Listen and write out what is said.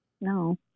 No